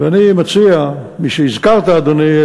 אני מציע, משהזכרת, אדוני,